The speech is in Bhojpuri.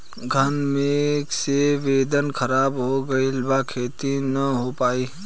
घन मेघ से वेदर ख़राब हो गइल बा खेती न हो पाई